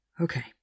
Okay